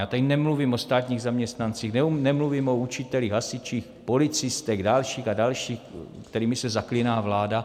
Já tady nemluvím o státních zaměstnancích, nemluvím o učitelích, hasičích, policistech, dalších a dalších, kterými se zaklíná vláda.